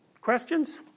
questions